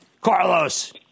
Carlos